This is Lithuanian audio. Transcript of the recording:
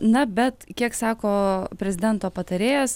na bet kiek sako prezidento patarėjas